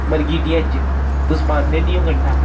मरगिटिया च तुस पांदे नी ओह् गंढा